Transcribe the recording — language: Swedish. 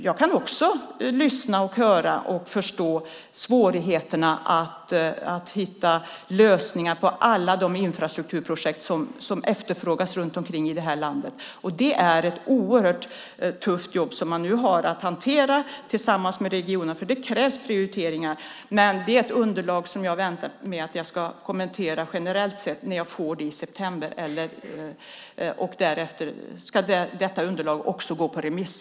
Jag kan också lyssna och höra och förstå svårigheterna att hitta lösningar för alla de infrastrukturprojekt som efterfrågas runt omkring i landet. Det är ett oerhört tufft jobb som man nu har att hantera tillsammans med regionerna. Det krävs prioriteringar. Underlaget kan jag kommentera generellt sett när jag får det i september. Därefter ska detta underlag också gå på remiss.